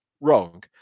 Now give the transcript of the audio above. wrong